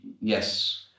Yes